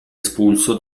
espulso